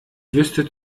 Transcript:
wüsste